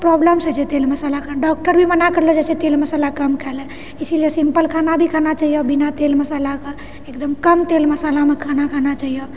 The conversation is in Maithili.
प्रॉब्लम्स होइ छै तेल मसाला खाना डॉक्टर भी मना करले रहै छै तेल मसाला कम खायला इसलिए सिम्पल खाना भी खाना चाहिए बिना तेल मसालाके एकदम कम तेल मसालामे खाना खाना चाहिए